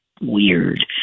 weird